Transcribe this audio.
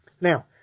Now